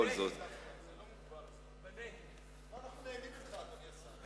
אנחנו נהנים ממך, אדוני השר.